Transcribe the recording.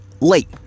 late